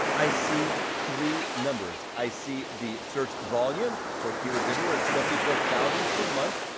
i see three numbers, i see the search volume for keywords everywhere it's seventy four thousand per month.